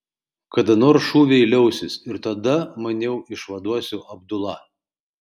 kada nors šūviai liausis ir tada maniau išvaduosiu abdulą